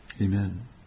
Amen